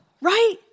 right